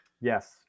Yes